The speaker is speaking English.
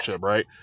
right